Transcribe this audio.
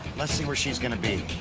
let's see where she's going to be.